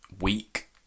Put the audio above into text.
weak